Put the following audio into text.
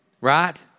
Right